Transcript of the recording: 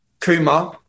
Kuma